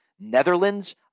Netherlands